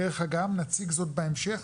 דרך אגב, נציג זאת בהמשך,